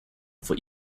for